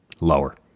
Lower